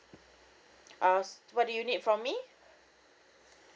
uh what do you need from me